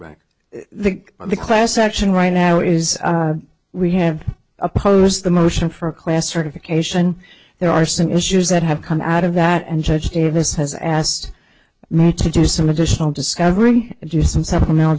against the the class action right now is we have opposed the motion for a class certification there are some issues that have come out of that and judge davis has asked me to do some additional discovering and do some supplemental